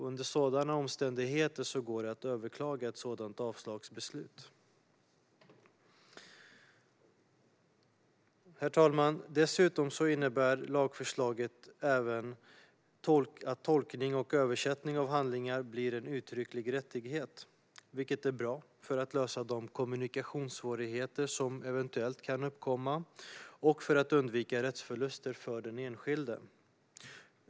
Under sådana omständigheter går det att överklaga ett sådant avslagsbeslut. Herr talman! Dessutom innebär lagförslaget att tolkning och översättning av handlingar blir en uttrycklig rättighet, vilket är bra för att lösa de kommunikationssvårigheter som eventuellt kan uppkomma och för att undvika rättsförluster för den enskilde.